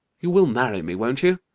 you will marry me, won't you?